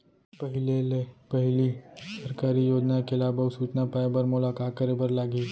पहिले ले पहिली सरकारी योजना के लाभ अऊ सूचना पाए बर मोला का करे बर लागही?